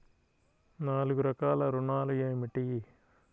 నాలుగు రకాల ఋణాలు ఏమిటీ?